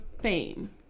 fame